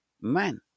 man